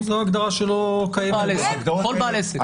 זה הכללים שמשטרת ישראל מיישמת מול בתים של עובדי ציבור.